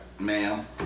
Ma'am